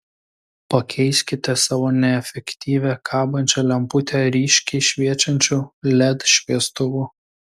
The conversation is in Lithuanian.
pakeiskite savo neefektyvią kabančią lemputę ryškiai šviečiančiu led šviestuvu